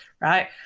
right